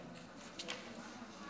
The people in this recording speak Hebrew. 39,